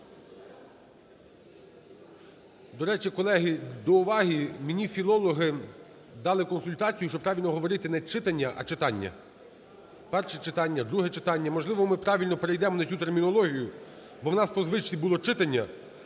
До речі, колеги, до уваги мені філологи дали консультацію, що правильно говорити не чи'тання, а читa'ння: перше читa'ння, друге читa'ння. Можливо, ми правильно перейдемо на цю термінологію, бо у нас по звичці було чи'тання,